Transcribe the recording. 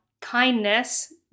kindness